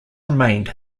remained